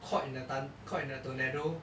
caught in a thun~ caught in a tornado